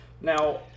Now